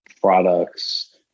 products